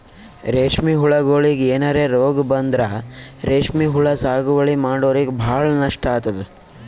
ರೇಶ್ಮಿ ಹುಳಗೋಳಿಗ್ ಏನರೆ ರೋಗ್ ಬಂದ್ರ ರೇಶ್ಮಿ ಹುಳ ಸಾಗುವಳಿ ಮಾಡೋರಿಗ ಭಾಳ್ ನಷ್ಟ್ ಆತದ್